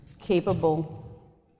capable